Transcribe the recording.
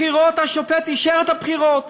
השופט אישר את הבחירות,